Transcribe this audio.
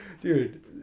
Dude